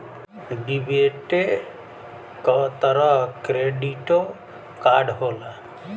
डेबिटे क तरह क्रेडिटो कार्ड होला